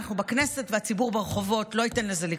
אנחנו בכנסת והציבור ברחובות לא ניתן לזה לקרות.